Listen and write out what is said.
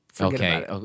Okay